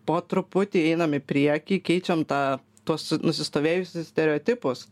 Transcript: po truputį einam į priekį keičiam tą tuos nusistovėjusius stereotipus